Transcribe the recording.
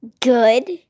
Good